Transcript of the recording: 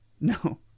no